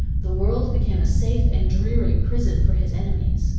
the world became a safe and dreary prison for his enemies.